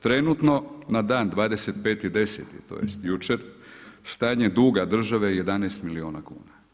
Trenutno na dan 25.10. tj. jučer, stanje duga države je 11 milijuna kuna.